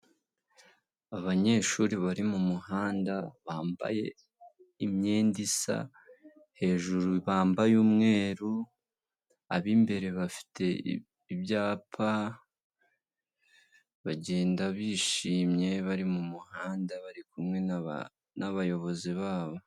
Abanyeshuri bari mu muhanda bambaye imyenda isa, hejuru bambaye umweru ab'imbere bafite ibyapa bagenda bishimye bari mu muhanda bari kumwe n'abayobozi babo.